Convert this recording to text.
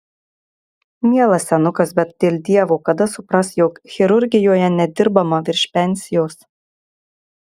mielas senukas bet dėl dievo kada supras jog chirurgijoje nedirbama virš pensijos